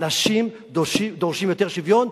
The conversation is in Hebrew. אנשים דורשים יותר שוויון,